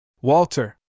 Walter